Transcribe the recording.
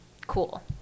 cool